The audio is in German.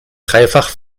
dreifach